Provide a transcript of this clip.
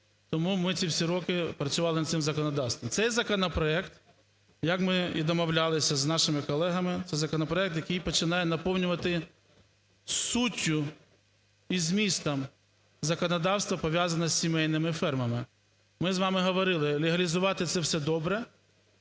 Тому ми ці всі роки працювали над цим законодавством. Цей законопроект, як ми і домовлялися з нашими колегами, це законопроект, який починає наповнювати суттю і змістом законодавство, пов'язане з сімейними фермами. Ми з вами говорили, легалізувати – це все добре,